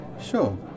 Sure